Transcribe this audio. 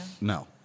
No